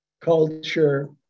culture